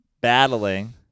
battling